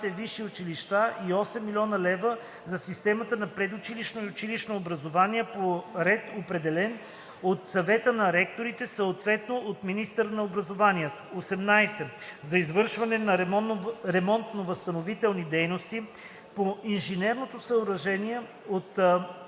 училища и 8 000,0 хил. лв. за системата на предучилищното и училищното образование по ред определен от съвета на ректорите, съответно от министъра на образованието“. 18. за извършване на ремонтно-възстановителни дейности по инженерното съоръжение от